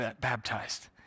baptized